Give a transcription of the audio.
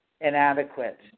inadequate